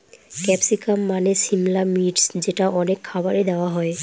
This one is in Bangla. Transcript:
ক্যাপসিকাম মানে সিমলা মির্চ যেটা অনেক খাবারে দেওয়া হয়